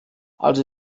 also